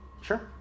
Sure